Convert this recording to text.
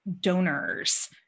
donors